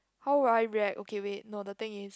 how would I react okay wait no the thing is